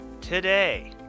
today